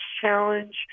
challenge